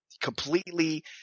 completely